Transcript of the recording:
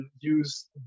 use